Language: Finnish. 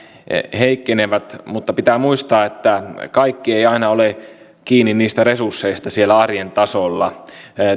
heikkenevät mutta pitää muistaa että kaikki ei ei aina ole kiinni niistä resursseista siellä arjen tasolla